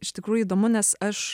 iš tikrųjų įdomu nes aš